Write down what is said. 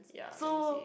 so